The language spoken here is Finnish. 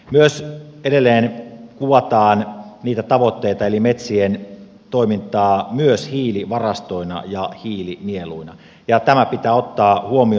myös edelleen kuvataan niitä tavoitteita eli metsien toimintaa myös hiilivarastoina ja hiilinieluina ja tämä pitää ottaa huomioon